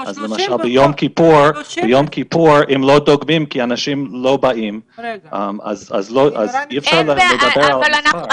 ביום כיפור לא דוגמים כי אנשים לא באים אז אי אפשר לדבר על המספר.